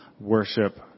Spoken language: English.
worship